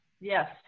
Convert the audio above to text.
yes